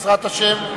בעזרת השם.